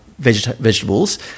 vegetables